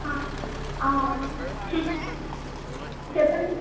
ఆ చెప్పండి